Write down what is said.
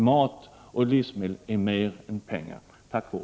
Mat och livsmedel är mer än pengar.